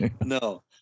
No